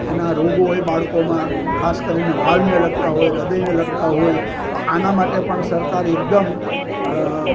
એના રોગો હોય બાળકોમાં ખાસ કરીને વાળને લઈને લગતા હોય હ્રદયને લગતા હોય આના માટે પણ સરકાર એકદમ